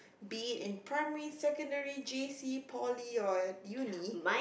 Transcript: be it in primary secondary J_C poly or at uni